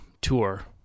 tour